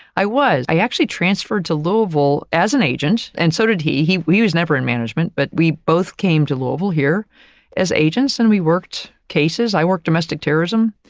i was. i actually transferred to louisville as an agent, and so did he he was never in management. but we both came to louisville here as agents and we worked cases, i worked domestic terrorism.